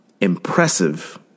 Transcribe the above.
Impressive